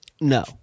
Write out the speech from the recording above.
No